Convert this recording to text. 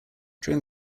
during